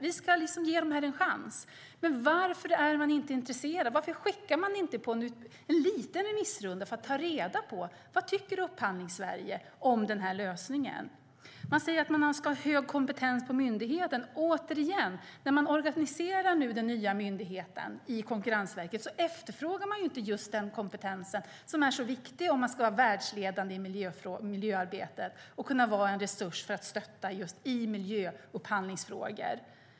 Vi ska ge det en chans. Varför är man inte intresserad? Varför skickar man inte ut det på en liten remissrunda för att ta reda på vad Upphandlingssverige om denna lösning? Ni säger att man ska ha hög kompetens på myndigheten. Återigen: När man organiserar den nya myndigheten i Konkurrensverket efterfrågar man inte just den kompetens som är så viktig om vi ska vara världsledande i miljöarbetet och kunna vara en resurs för att stötta i just miljöupphandlingsfrågor.